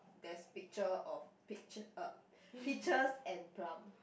there's picture of peach uh peaches and plum